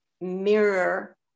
mirror